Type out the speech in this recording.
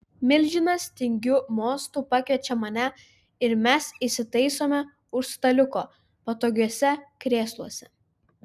milžinas tingiu mostu pakviečia mane ir mes įsitaisome už staliuko patogiuose krėsluose